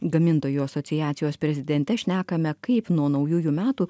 gamintojų asociacijos prezidente šnekame kaip nuo naujųjų metų